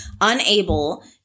unable